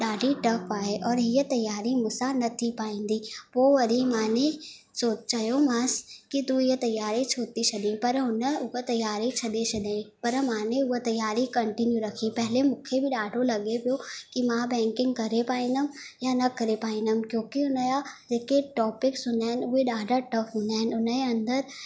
ॾाढी टफ आहे और हीअं तयारी मूंसा न थी पाईंदी पोइ वरी माने सोचियोमासि की तू ईअं तयारी छोती छॾईं पर हुन हूअ तयारी छॾे छॾईं पर माने हूअ तयारी कंटिन्यू रखी पहले मूंखे बि ॾाढो लॻे पियो की मां बैंकिंग करे पाईंदमि या न करे पाईंदमि क्योकि उनजा जेके टॉपिक्स हूंदा आहिनि उहे ॾाढा टफ हूंदा आहिनि उनजे अंदरि